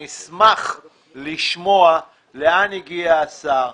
אני אשמח לשמוע לאן הגיע השר.